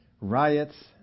riots